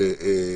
עופר,